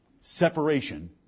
Separation